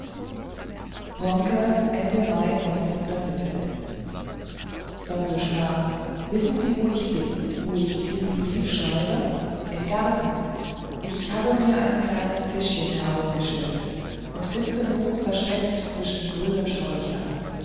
wronke ende mai sonjuscha wissen sie wo ich bin wo ich ihnen diesen brief schreibe im garten ich habe mir ein kleines tischchen herausgeschleppt und sitze nun versteckt zwischen grünen sträuchern